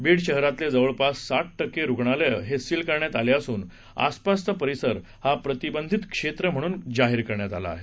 बीड शहरातले जवळपास साठ टक्के रुग्णालयं हे सील करण्यात आले असून आसपासचा परिसर हा प्रतिबंधीत क्षेत्र म्हणून जाहीर केलं आहे